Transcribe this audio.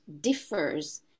differs